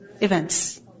events